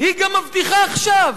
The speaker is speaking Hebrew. "היא גם מבטיחה עכשיו".